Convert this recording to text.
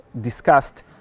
discussed